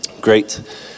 great